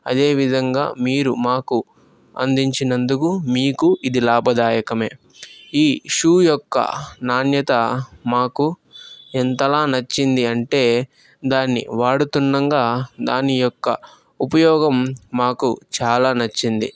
అదేవిధంగా మీరు మాకు అందించినందుకు మీకు ఇది లాభదాయకమే ఈ షు యొక్క నాణ్యత మాకు ఎంతలా నచ్చింది అంటే దాన్ని వాడుతున్నంగా దాని యొక్క ఉపయోగం మాకు చాలా నచ్చింది